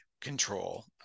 control